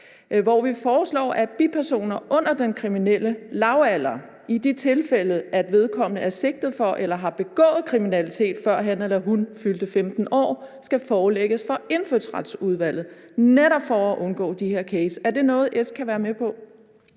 hvor vi foreslår, at bipersoner under den kriminelle lavalder i de tilfælde, hvor vedkommende er sigtet for eller har begået kriminalitet, før han eller hun er fyldt 15 år, skal forelægges for Indfødsretsudvalget, netop for at undgå de her cases. Så derfor kunne jeg